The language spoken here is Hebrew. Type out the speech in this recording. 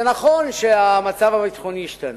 זה נכון שהמצב הביטחוני השתנה,